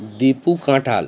দিপু কাঁঠাল